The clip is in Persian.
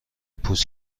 پوست